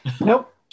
Nope